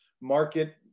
market